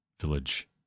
village